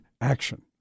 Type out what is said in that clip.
action